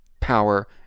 power